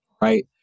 right